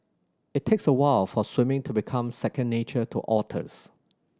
it takes a while for swimming to become second nature to otters